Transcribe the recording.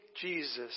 Jesus